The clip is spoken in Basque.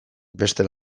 beste